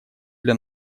для